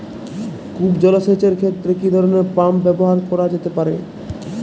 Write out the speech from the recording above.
কূপ জলসেচ এর ক্ষেত্রে কি ধরনের পাম্প ব্যবহার করা যেতে পারে?